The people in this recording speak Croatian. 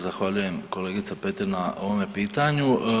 Zahvaljujem kolegice Petir na ovome pitanju.